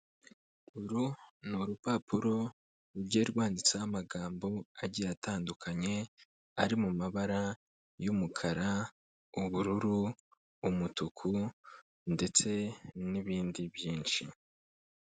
Uru ni urupapuro rugiye rwanditseho amagambo agira atandukanye ari mu mabara y'umukara, ubururu, umutuku ndetse n'ibindi byinshi.